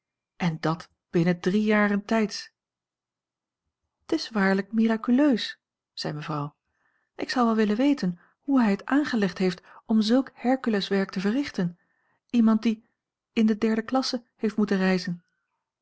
en dat binnen drie jaren tijds t is waarlijk miraculeus zei mevrouw ik zou wel willen weten hoe hij het aangelegd heeft om zulk herculeswerk te verrichten iemand die in de derde klasse heeft moeten reizen